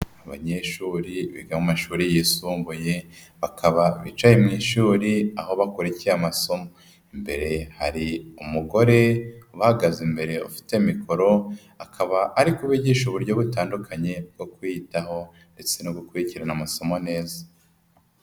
Abanyeshuri biga amashuri yisumbuye, bakaba bicaye mu ishuri aho bakurikiye amasomo, mbere hari umugore ubahagaze imbere ufite mikoro, akaba ari bigisha uburyo butandukanye bwo kwiyitaho ndetse no gukurikirana amasomo neza.